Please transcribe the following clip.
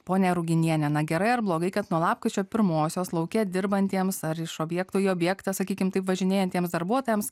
ponia ruginiene na gerai ar blogai kad nuo lapkričio pirmosios lauke dirbantiems ar iš objektų į objektą sakykime taip važinėjantiems darbuotojams